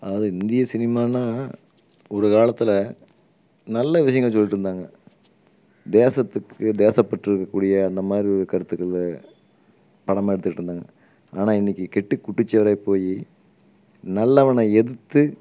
அதாவது இந்திய சினிமானால் ஒரு காலத்தில் நல்ல விஷயங்கள் சொல்லிட்டிருந்தாங்க தேசத்துக்கு தேசப்பற்று இருக்கக்கூடிய அந்தமாதிரி கருத்துகளை படமாக எடுத்துட்டிருந்தாங்க ஆனால் இன்றைக்கி கெட்டு குட்டிச்செவறா போய் நல்லவனை எதுர்த்து